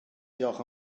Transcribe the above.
diolch